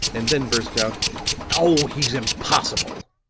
and then burst out oh, he's impossible!